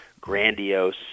grandiose